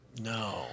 No